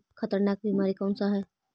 खतरनाक बीमारी कौन सा है?